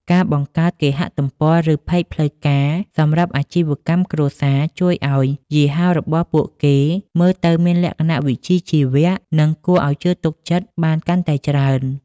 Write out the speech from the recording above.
ការបង្កើតគេហទំព័រ ឬផេកផ្លូវការសម្រាប់អាជីវកម្មគ្រួសារ ជួយឱ្យយីហោរបស់ពួកគេមើលទៅមានលក្ខណៈវិជ្ជាជីវៈ និងគួរឱ្យជឿទុកចិត្តបានកាន់តែច្រើន។